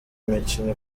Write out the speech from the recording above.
mikino